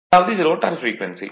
அதாவது இது rotor frequency